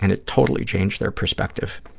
and it totally changed their perspective.